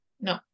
No